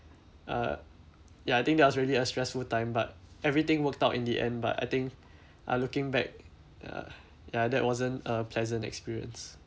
uh ya I think that was really a stressful time but everything worked out in the end but I think uh looking back uh ya that wasn't a pleasant experience